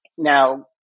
Now